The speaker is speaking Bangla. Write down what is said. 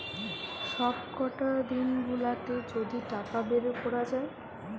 সবকটা দিন গুলাতে যদি টাকা বের কোরা যায়